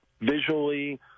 visually